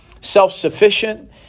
self-sufficient